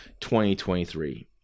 2023